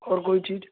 اور کوئی چیز